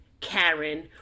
Karen